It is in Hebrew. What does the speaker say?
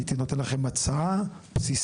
הייתי נותן לכם הצעה בסיסית,